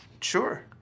Sure